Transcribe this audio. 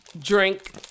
Drink